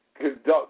conduct